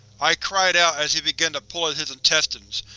i cried out as he began to pull at his intestines.